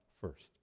first